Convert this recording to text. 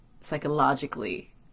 psychologically